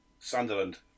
Sunderland